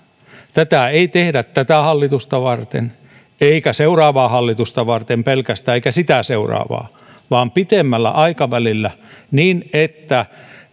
tätä ei tehdä pelkästään tätä hallitusta varten eikä seuraavaa hallitusta varten eikä sitä seuraavaa vaan pitemmällä aikavälillä niin että